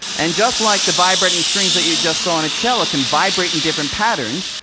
and just like the vibrating strings that you just saw in a cello can vibrate in different patterns,